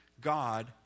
God